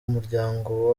muryango